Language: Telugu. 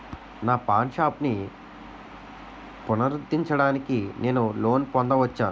నా పాన్ షాప్ని పునరుద్ధరించడానికి నేను లోన్ పొందవచ్చా?